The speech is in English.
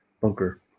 bunker